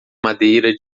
madeira